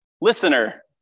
listener